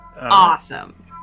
Awesome